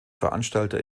veranstalter